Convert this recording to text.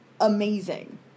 amazing